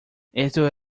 esto